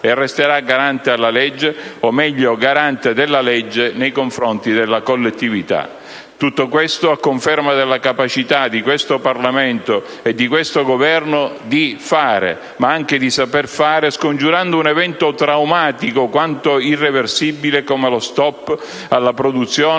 o meglio garante della legge nei confronti della collettività. Tutto questo a conferma della capacità di questo Parlamento e di questo Governo di fare, ma anche di saper fare, scongiurando un evento traumatico quanto irreversibile come lo *stop* alla produzione